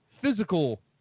physical